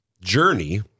journey